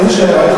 איזו שיירה?